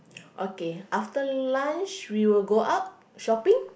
okay after lunch we will go out shopping